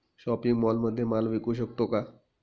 Shopping मॉलमध्ये माल विकू शकतो का?